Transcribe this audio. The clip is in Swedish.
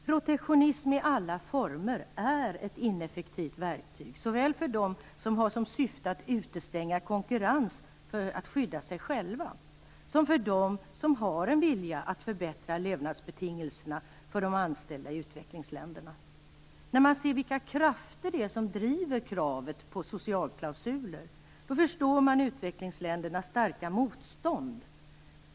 Protektionism i alla former är ett ineffektivt verktyg, såväl för dem som har som syfte att utestänga konkurrens för att skydda sig själva som för dem som har en vilja att förbättra levnadsbetingelserna för de anställda i utvecklingsländerna. När man ser vilka krafter det är som driver kravet på socialklausuler förstår man utvecklingsländernas starka motstånd.